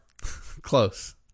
Close